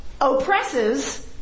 oppresses